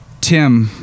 tim